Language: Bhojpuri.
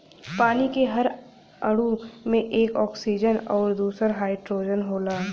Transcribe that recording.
पानी के हर अणु में एक ऑक्सीजन आउर दूसर हाईड्रोजन होला